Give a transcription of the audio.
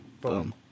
Boom